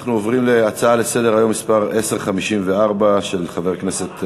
אנחנו עוברים להצעה לסדר-היום מס' 1054 של חבר הכנסת,